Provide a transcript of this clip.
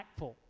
impactful